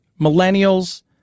millennials